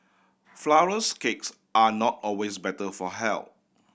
flourless cakes are not always better for health